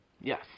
Yes